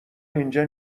اینجا